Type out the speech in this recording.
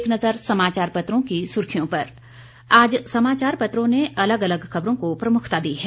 एक नज़र समाचार पत्रों की सुर्खियां पर आज समाचार पत्रों ने अलग अलग खबरों को प्रमुखता दी है